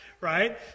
Right